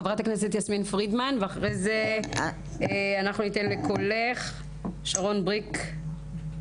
חברת הכנסת יסמין פרידמן ואחר כך ניתן לשרון בריק מ"קולך".